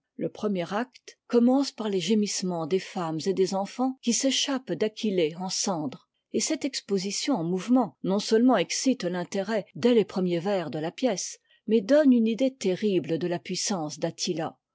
le premier acte commence par les gémissements des femmes et des enfants qui s'échappent d'aquiiée en cendres et cette exposition en mouvement non seutement excite t'intérêt dès les premiers vers de la pièce mais donne une idée terrible de la puissance d'attila